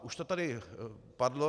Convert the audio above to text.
Už to tady padlo.